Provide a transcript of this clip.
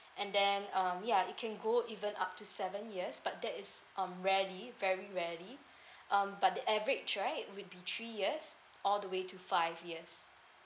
and then um yeah it can go even up to seven years but that is um rarely very rarely um but the average right will be three years all the way to five years